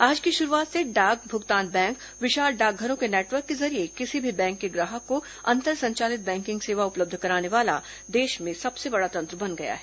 आज की शुरूआत से डाक भुगतान बैंक विशाल डाकघरों के नेटवर्क के जरिये किसी भी बैंक के ग्राहक को अन्तर संचालित बैंकिंग सेवा उपलब्ध कराने वाला देश में सबसे बड़ा तंत्र बन गया है